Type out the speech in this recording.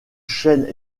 chênes